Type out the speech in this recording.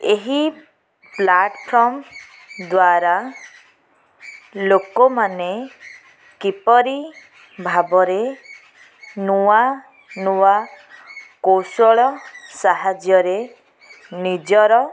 ଏହି ପ୍ଲାଟଫର୍ମ ଦ୍ଵାରା ଲୋକମାନେ କିପରି ଭାବରେ ନୂଆ ନୂଆ କୌଶଳ ସାହାଯ୍ୟରେ ନିଜର